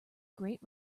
great